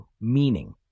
Meaning